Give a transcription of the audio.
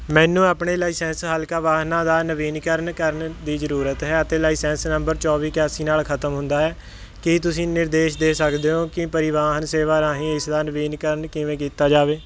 ਮੈਨੂੰ ਆਪਣੇ ਲਾਇਸੈਂਸ ਹਲਕਾ ਵਾਹਨਾਂ ਦਾ ਨਵੀਨੀਕਰਨ ਕਰਨ ਦੀ ਜ਼ਰੂਰਤ ਹੈ ਅਤੇ ਲਾਇਸੈਂਸ ਨੰਬਰ ਚੌਵੀ ਇਕਾਸੀ ਨਾਲ ਖਤਮ ਹੁੰਦਾ ਹੈ ਕੀ ਤੁਸੀਂ ਨਿਰਦੇਸ਼ ਦੇ ਸਕਦੇ ਹੋ ਕਿ ਪਰਿਵਾਹਨ ਸੇਵਾ ਰਾਹੀਂ ਇਸ ਦਾ ਨਵੀਨੀਕਰਨ ਕਿਵੇਂ ਕੀਤਾ ਜਾਵੇ